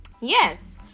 Yes